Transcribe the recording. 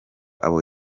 abo